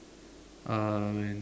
uh when